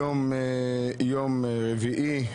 היום יום רביעי,